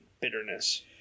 Bitterness